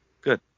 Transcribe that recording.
Good